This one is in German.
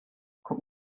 guck